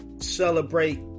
Celebrate